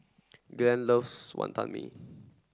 Glen loves Wonton Mee